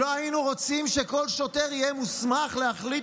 שלא היינו רוצים שכל שוטר יהיה מוסמך להחליט